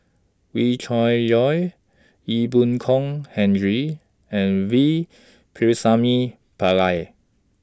Wee Cho Yaw Ee Boon Kong Henry and V Pakirisamy Pillai